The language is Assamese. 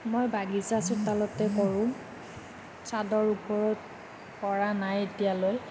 মই বাগিচা চোতালতে কৰোঁ ছাদৰ ওপৰত কৰা নাই এতিয়ালৈ